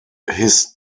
his